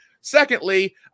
Secondly